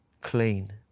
clean